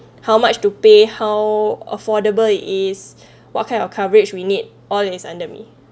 how much to pay how affordable it is what kind of coverage we need all is under me